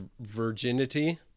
virginity